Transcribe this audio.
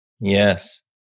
Yes